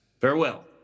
Farewell